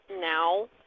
now